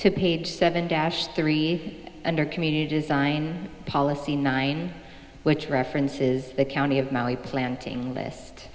to page seven dash three under community design policy nine which references the county of mali planting